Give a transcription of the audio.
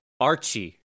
Archie